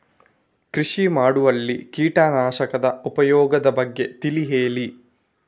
ಕೃಷಿ ಮಾಡುವಲ್ಲಿ ಕೀಟನಾಶಕದ ಉಪಯೋಗದ ಬಗ್ಗೆ ತಿಳಿ ಹೇಳಿ